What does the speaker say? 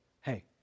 Hey